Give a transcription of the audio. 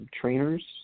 trainers